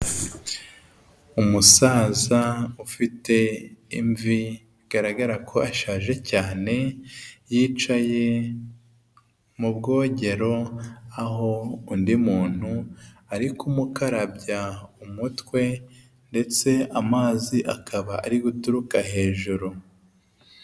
Umusaza ufite imvi, bigaragara ko ashaje cyane, yicaye mu bwogero aho undi muntu ari kumukarabya umutwe ndetse amazi akaba ari guturuka hejuru.